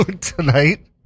tonight